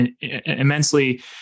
immensely